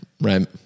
right